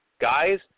guys